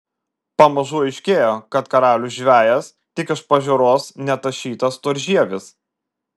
pamažu aiškėjo kad karalius žvejas tik iš pažiūros netašytas storžievis